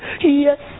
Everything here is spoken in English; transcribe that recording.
Yes